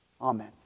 Amen